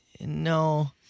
No